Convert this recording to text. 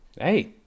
Hey